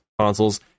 consoles